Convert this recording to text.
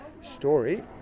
story